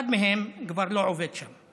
אחד מהם כבר לא עובד שם.